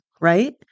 right